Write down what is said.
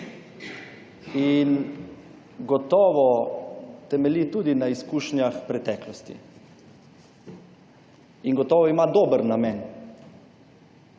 Gotovo temelji tudi na izkušnjah preteklosti. In gotovo ima dober namen.